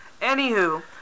Anywho